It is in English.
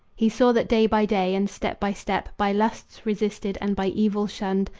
he saw that day by day and step by step, by lusts resisted and by evil shunned,